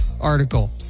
article